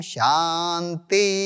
Shanti